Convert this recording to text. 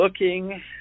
looking